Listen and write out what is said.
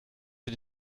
sie